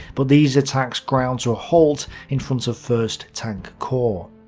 but these attacks ground to a halt in front of first tank corps.